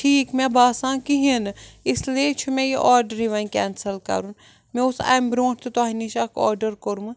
ٹھیٖک مےٚ باسان کِہیٖنۍ نہٕ اِسلیے چھُ مےٚ یہِ آڈرٕے وَنۍ کٮ۪نسَل کَرُن مےٚ اوس اَمہِ برونٛٹھ تہِ تۄہہِ نِش اَکھ آرڈر کوٚرمُت